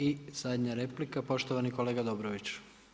I zadnja replika, poštovani kolega Dobrović.